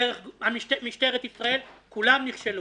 דרך משטרת ישראל כולם נכשלו.